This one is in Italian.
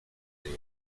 reno